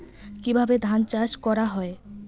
কিভাবে ধান চাষ করা হয়?